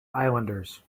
islanders